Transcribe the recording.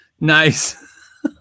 Nice